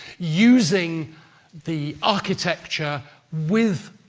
using the architecture with,